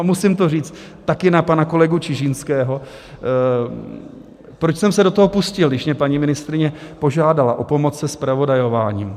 Musím to říct, také na pana kolegu Čižinského, proč jsem se do toho pustil, když mě paní ministryně požádala o pomoc se zpravodajováním.